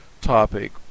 topic